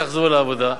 שיחזרו לעבודה.